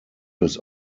his